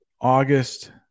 august